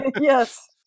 Yes